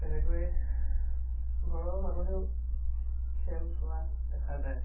তেনেকৈ ঘৰৰ মানুহেও খেল চোৱা দেখা যায়